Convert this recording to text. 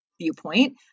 viewpoint